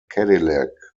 cadillac